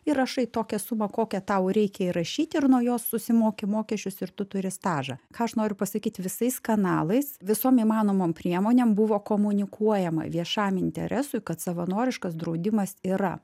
įrašai tokią sumą kokią tau reikia įrašyti ir nuo jos susimoki mokesčius ir tu turi stažą ką aš noriu pasakyt visais kanalais visom įmanomom priemonėm buvo komunikuojama viešam interesui kad savanoriškas draudimas yra